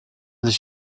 sich